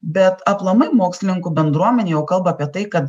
bet aplamai mokslininkų bendruomenė jau kalba apie tai kad